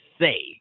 say